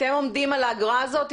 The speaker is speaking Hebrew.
אתם עומדים על האגרה הזאת.